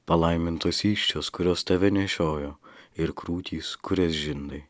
palaimintos įsčios kurios tave nešiojo ir krūtys kurias žindai